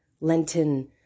Lenten